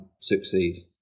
succeed